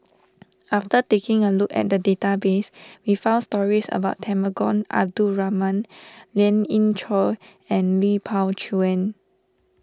after taking a look at database we found stories about Temenggong Abdul Rahman Lien Ying Chow and Lui Pao Chuen